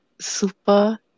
super